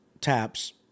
Taps